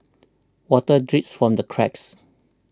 water drips from the cracks